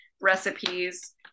recipes